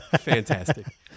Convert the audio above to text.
fantastic